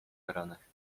koronach